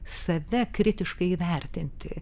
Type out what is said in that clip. save kritiškai įvertinti